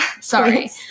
Sorry